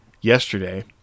yesterday